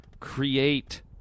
create